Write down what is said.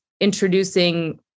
introducing